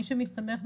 מי שמסתמך,